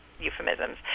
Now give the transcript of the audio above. euphemisms